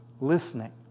listening